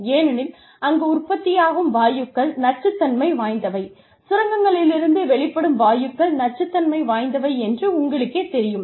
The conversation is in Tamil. ஏனெனில் அங்கு உற்பத்தியாகும் வாயுக்கள் நச்சுத்தன்மை வாய்ந்தவை சுரங்கங்களிலிருந்து வெளிப்படும் வாயுக்கள் நச்சுத்தன்மை வாய்ந்தவை என்று உங்களுக்கேத் தெரியும்